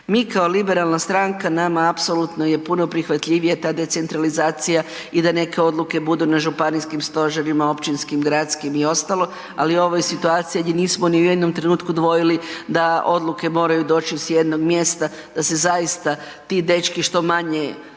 Mi kao liberalna stranka nama apsolutno je puno prihvatljivije ta decentralizacija i da neke odluke budu na županijskim stožerima, općinskim, gradskim i ostalo, ali ovo je situacija gdje nismo ni u jednom trenutku dvojili da odluke moraju doći s jednog mjesta, da se zaista ti dečki što manje